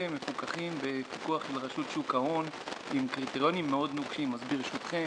מפוקחים בפיקוח של רשות שוק ההון עם קריטריונים מאוד נוקשים אז ברשותכם,